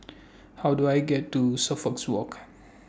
How Do I get to Suffolks Walk